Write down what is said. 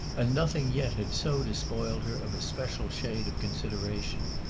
and nothing yet had so despoiled her of a special shade of consideration.